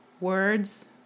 Words